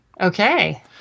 Okay